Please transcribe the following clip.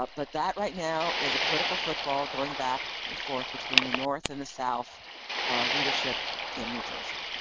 but but that right now is a political football going back and forth between the north and the south leadership in new jersey.